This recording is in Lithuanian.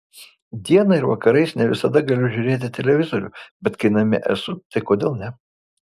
dieną ir vakarais ne visada galiu žiūrėti televizorių bet kai namie esu tai kodėl ne